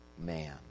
man